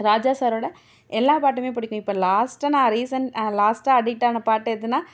ராஜா சாரோடய எல்லா பாட்டுமே பிடிக்கும் இப்போ லாஸ்ட்டாக நான் ரீசென் லாஸ்ட்டாக அடிக்ட்டான பாட்டு எதுனா